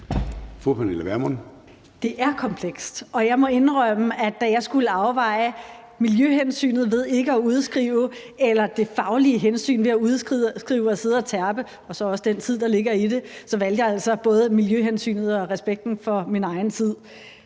Det er komplekst, og jeg må indrømme, at jeg, da jeg skulle afveje miljøhensynet ved ikke at udskrive eller det faglige hensyn ved at udskrive og sidde og terpe og så også den tid, der ligger i det, så valgte både miljøhensynet og respekten for min egen tid.